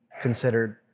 considered